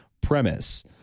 premise